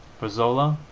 for zola,